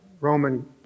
Roman